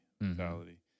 mentality